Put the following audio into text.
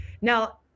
Now